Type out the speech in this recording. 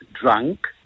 drunk